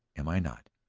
am i not?